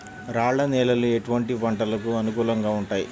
రాళ్ల నేలలు ఎటువంటి పంటలకు అనుకూలంగా ఉంటాయి?